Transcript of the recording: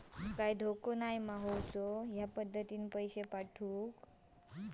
काय धोको पन नाय मा ह्या पद्धतीनं पैसे पाठउक?